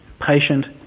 patient